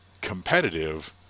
competitive